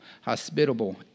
hospitable